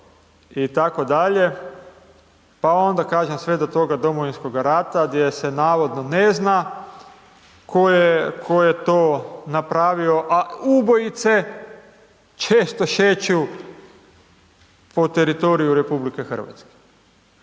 je umro itd., pa onda kažem sve do toga Domovinskog rata gdje se navodno ne zna ko je to napravio, a ubojice često šeću po teritoriju RH. To je ono isto